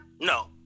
No